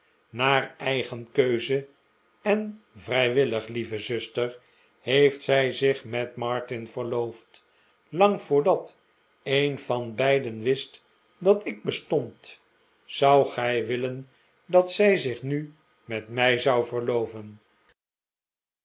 naar eigen keuze en vrij willig lieve zuster heeft zij zich met martin verloofd lang voordat een van beiden wist dat ik bestond zoudt gij willen dat zij zich nu met mij zou verloven